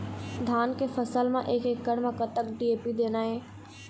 धान के फसल म एक एकड़ म कतक डी.ए.पी देना ये?